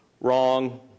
wrong